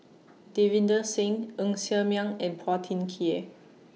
Davinder Singh Ng Ser Miang and Phua Thin Kiay